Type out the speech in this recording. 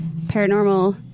Paranormal